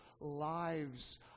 lives